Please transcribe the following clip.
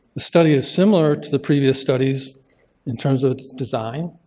the study is similar to the previous studies in terms of its design.